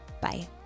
bye